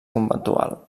conventual